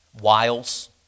wiles